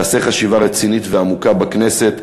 תעשה חשיבה רצינית ועמוקה בכנסת,